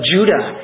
Judah